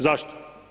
Zašto?